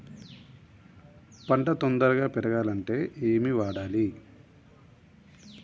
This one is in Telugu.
పంట తొందరగా పెరగాలంటే ఏమి వాడాలి?